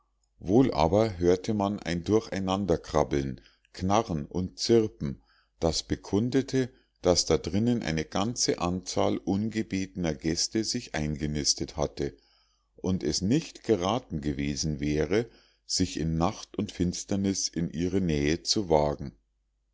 wohl aber hörte man ein durcheinanderkrabbeln knarren und zirpen das bekundete daß da drinnen eine ganze anzahl ungebetener gäste sich eingenistet hatte und es nicht geraten gewesen wäre sich in nacht und finsternis in ihre nähe zu wagen